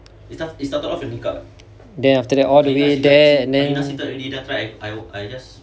then after that all the way there and then